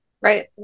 Right